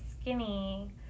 skinny